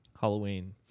Halloween